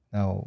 Now